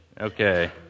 Okay